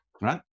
right